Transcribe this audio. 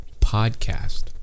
podcast